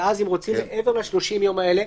ואז אם רוצים מעבר ל-30 הימים האלה,